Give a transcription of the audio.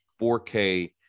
4K